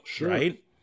right